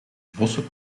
vossen